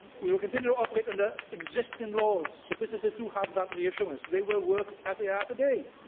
we will continue to operate under existing laws. so, businesses do have that reassurance. they will work as they are today.